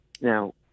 Now